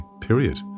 period